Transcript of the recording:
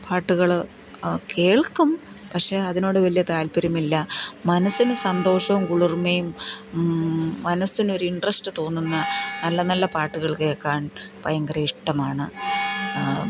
പാട്ടുകൾ കേൾക്കും പക്ഷേ അതിനോട് വലിയ താൽപ്പര്യമില്ല മനസ്സിന് സന്തോഷവും കുളിർമ്മയും മനസ്സിനൊരു ഇൻട്രസ്റ്റ് തോന്നുന്ന നല്ല നല്ല പാട്ടുകൾ കേൾക്കാൻ ഭയങ്കര ഇഷ്ടമാണ്